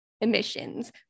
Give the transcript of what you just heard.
emissions